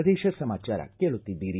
ಪ್ರದೇಶ ಸಮಾಚಾರ ಕೇಳುತ್ತಿದ್ದೀರಿ